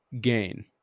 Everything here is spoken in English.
gain